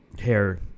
hair